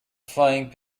flying